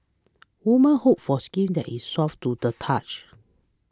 women hope for skin that is soft to the touch